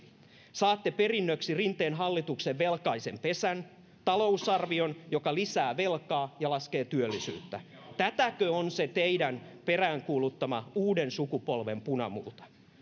saatte perinnöksi rinteen hallituksen velkaisen pesän talousarvion joka lisää velkaa ja laskee työllisyyttä tätäkö on se teidän peräänkuuluttamanne uuden sukupolven punamulta